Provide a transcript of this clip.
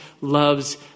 loves